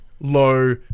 low